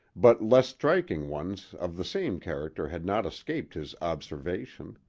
but less striking ones of the same character had not escaped his observation.